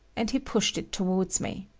and he pushed it towards me.